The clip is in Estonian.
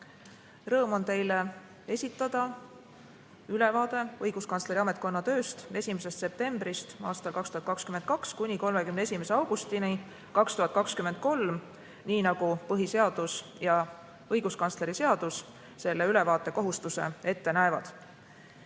Rõõm on teile esitada ülevaadet õiguskantsleri ametkonna tööst 1. septembrist aastal 2022 kuni 31. augustini 2023, nii nagu põhiseadus ja õiguskantsleri seadus selle ülevaate kohustuse ette näevad.